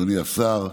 אדוני השר,